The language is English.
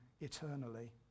eternally